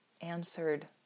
answered